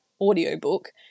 audiobook